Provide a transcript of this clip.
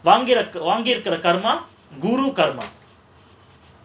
வாங்கிருக்குற:vangirukkura karma guru karma karmaa